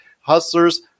Hustlers